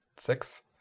six